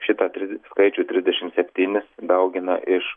šitą skaičių trisdešimt septynis daugina iš